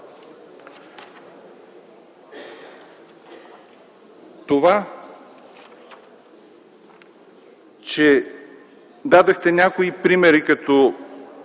Това, че дадохте някои примери като